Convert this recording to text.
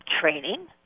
training